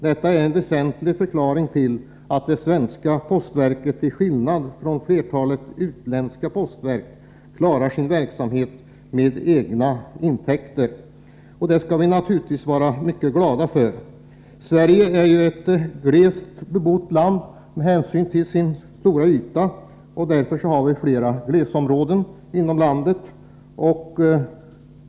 Detta är en väsentlig förklaring till att det svenska postverket till skillnad från flertalet utländska postverk klarar sin verksamhet med egna intäkter. Detta skall vi naturligtvis vara mycket glada för. Sverige är ju ett glesbefolkat land. Vi har flera glesbygdsområden inom landet.